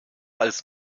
als